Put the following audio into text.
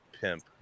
pimp